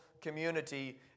community